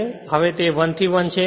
તે હવે 1 થી 1 છે